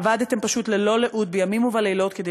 עבדתם ללא לאות בימים ובלילות כדי